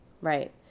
right